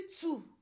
two